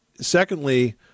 secondly